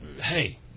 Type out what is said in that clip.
hey